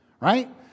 right